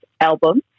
album